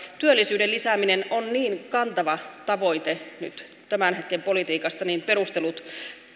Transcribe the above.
työllisyyden lisääminen on niin kantava tavoite nyt tämän hetken politiikassa niin perustelut